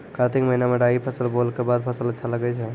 कार्तिक महीना मे राई फसल बोलऽ के बाद फसल अच्छा लगे छै